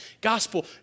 gospel